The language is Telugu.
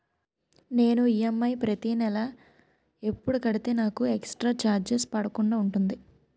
నేను ఈ.ఎం.ఐ ప్రతి నెల ఎపుడు కడితే నాకు ఎక్స్ స్త్ర చార్జెస్ పడకుండా ఉంటుంది?